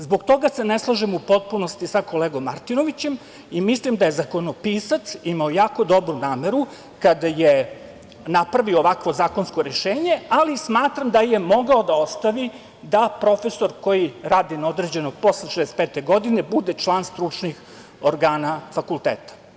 Zbog toga se ne slažem u potpunosti sa kolegom Martinovićem i mislim da je zakonopisac imao jako dobru nameru kada je napravio ovakvo zakonsko rešenje, ali smatram da je mogao da ostavi da profesor koji rade na određeno posle 65. godine bude član stručnih organa fakulteta.